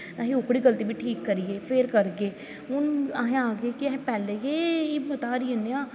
अस ओह्कड़ी गल्ती बी ठीक करियै फिर करगे हून अस आखगे के अस पैह्लें गै हिम्मत हारी जाह्गे